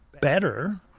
better